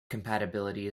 compatibility